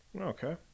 okay